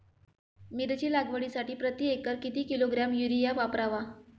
मिरची लागवडीसाठी प्रति एकर किती किलोग्रॅम युरिया वापरावा?